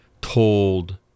told